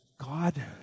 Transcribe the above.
God